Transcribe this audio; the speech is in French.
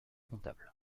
comptable